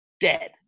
dead